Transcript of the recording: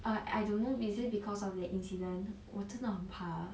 err I don't know is it because of that incident 我真的很怕